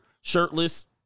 shirtless